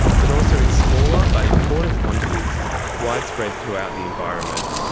but also in small ah but important quantities widespread throughout the environment.